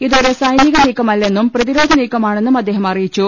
ഇതൊരു സൈനിക നീക്കമല്ലെന്നും പ്രതിരോധ നീക്കമാ ണെന്നും അദ്ദേഹം അറിയിച്ചു